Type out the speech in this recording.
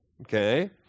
Okay